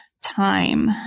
time